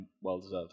well-deserved